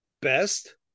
best